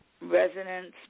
residents